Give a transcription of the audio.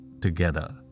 together